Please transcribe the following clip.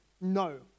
No